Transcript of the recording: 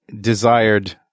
desired